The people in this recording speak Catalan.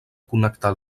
connectar